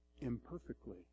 imperfectly